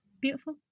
beautiful